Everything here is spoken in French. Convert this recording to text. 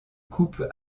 coupe